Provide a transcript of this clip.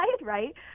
right